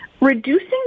Reducing